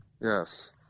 Yes